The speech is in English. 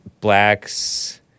blacks